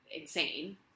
insane